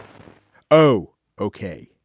oh ok.